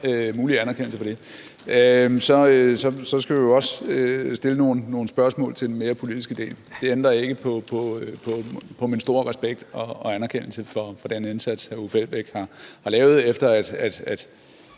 mulig anerkendelse for det, så skal vi jo også stille nogle spørgsmål til den mere politiske del. Det ændrer ikke på min store respekt og anerkendelse for den indsats, hr. Uffe Elbæk har lavet. Det